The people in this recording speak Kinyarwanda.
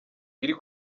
iri